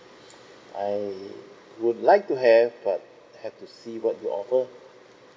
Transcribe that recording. I would like to have what have to see what you offer